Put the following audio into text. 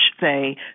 say